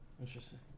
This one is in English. Interesting